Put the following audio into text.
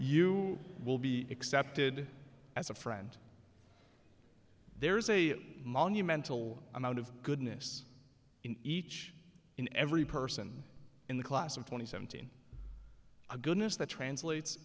you will be accepted as a friend there is a monumental amount of goodness in each in every person in the class of twenty seventeen a goodness that translates